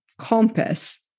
compass